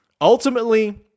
Ultimately